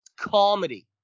Comedy